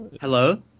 hello